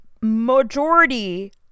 majority